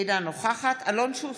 אינה נוכחת אלון שוסטר,